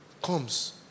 Comes